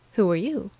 who are you?